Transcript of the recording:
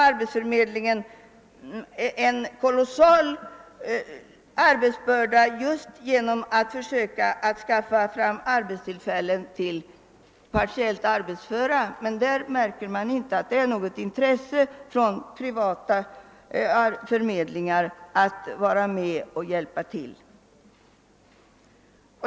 Arbetsförmedlingarna har en kolossal arbetsbörda i sina försök att skapa arbetstillfällen åt just partiellt arbetsföra. Där märker man inte något intresse från de privata ar betsförmedlingarna att hjälpa till.